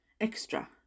extra